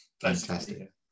fantastic